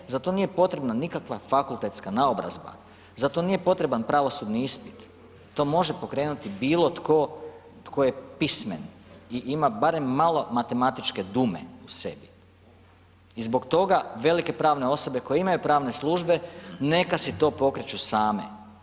To nije, za to nije potrebna nikakva fakultetska naobrazba, za to nije potreban pravosudni ispit, to može pokrenuti bilo tko tko je pismen i ima barem malo matematičke dume u sebi i zbog toga velike pravne osobe koje imaju pravne službe, neka si to pokreću same.